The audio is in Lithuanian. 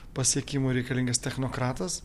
pasiekimui reikalingas technokratas